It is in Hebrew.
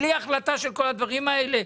בלי החלטה של כל הדברים האלה?